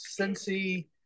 Cincy